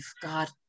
God